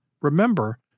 Remember